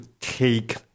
take